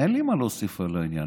ואין לי מה להוסיף על העניין,